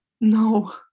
no